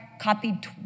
copied